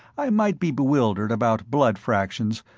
i might be bewildered about blood fractions,